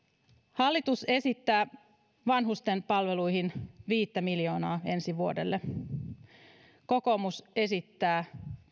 hallitus esittää vanhustenpalveluihin viittä miljoonaa ensi vuodelle kokoomus esittää